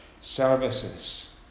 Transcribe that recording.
services